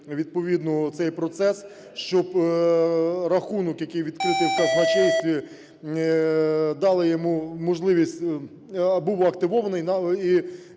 відповідно цей процес, щоб рахунок, який відкритий в казначействі, дали